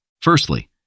Firstly